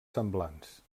semblants